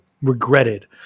regretted